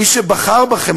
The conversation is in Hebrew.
מי שבחר בכם,